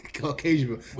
Caucasian